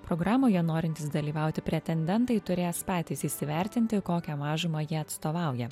programoje norintys dalyvauti pretendentai turės patys įsivertinti kokią mažumą jie atstovauja